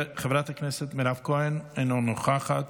חברת הכנסת מירב כהן, אינה נוכחת.